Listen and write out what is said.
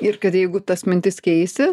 ir kad jeigu tas mintis keisti